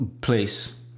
place